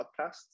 podcasts